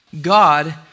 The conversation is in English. God